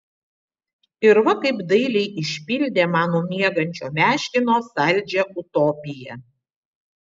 ir va kaip dailiai išpildė mano miegančio meškino saldžią utopiją